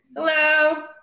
Hello